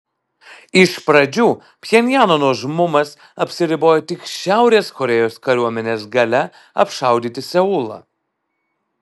iš pradžių pchenjano nuožmumas apsiribojo tik šiaurės korėjos kariuomenės galia apšaudyti seulą